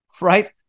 right